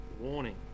warning